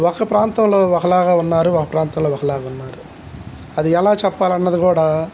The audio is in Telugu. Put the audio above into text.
ఒక ప్రాంతంలో ఒకలాగా ఉన్నారు ఒక ప్రాంతంలో ఒకలాగా ఉన్నారు అది ఎలా చెప్పాలి అన్నది కూడా